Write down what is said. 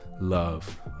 love